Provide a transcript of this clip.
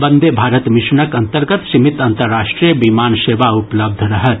वंदे भारत मिशनक अंतर्गत सीमित अंतर्राष्ट्रीय विमान सेवा उपलब्ध रहत